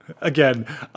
again